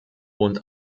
und